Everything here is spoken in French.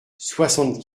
soixante